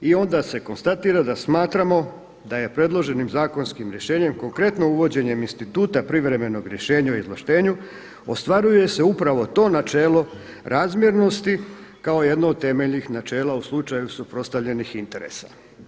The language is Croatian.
I onda se konstatira da smatramo da je predloženim zakonskim rješenjem konkretno uvođenjem instituta privremenog rješenja o izvlaštenju ostvaruje se upravo to načelo razmjernosti kao jedno od temeljnih načela u slučaju suprotstavljenih interesa.